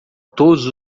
todos